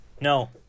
No